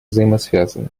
взаимосвязаны